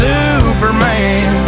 Superman